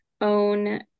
own